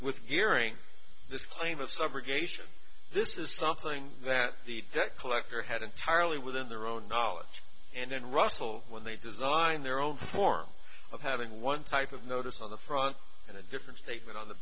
with gearing this claim of subrogation this is something that the debt collector had entirely within their own knowledge and then russell when they designed their own form of having one type of notice on the front and a different statement on the